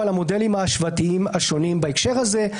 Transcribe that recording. ועל המודלים ההשוואתיים השונים בהקשר הזה.